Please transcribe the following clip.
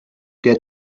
der